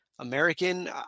american